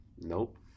Nope